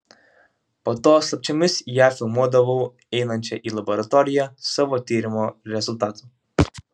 po to slapčiomis ją filmuodavau einančią į laboratoriją savo tyrimo rezultatų